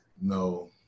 No